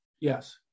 Yes